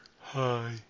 Hi